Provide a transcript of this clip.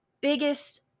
biggest